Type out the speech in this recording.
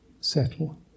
settle